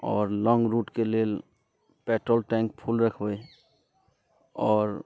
आओर लौङ्ग रूटके लेल पैट्रोल टैंक फुल रखबै आओर